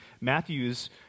Matthew's